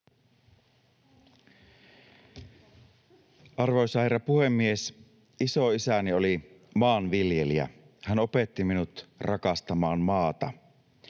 Arvoisa herra puhemies! Isoisäni oli maanviljelijä. Hän opetti minut rakastamaan maata.